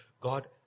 God